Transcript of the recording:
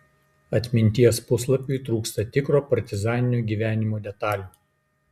atminties puslapiui trūksta tikro partizaninio gyvenimo detalių